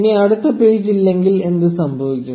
ഇനി അടുത്ത പേജ് ഇല്ലെങ്കിൽ എന്ത് സംഭവിക്കും